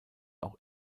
auch